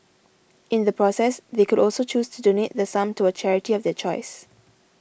in the process they could also choose to donate the sum to a charity of their choice